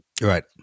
Right